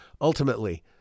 ultimately